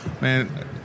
man—